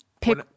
pick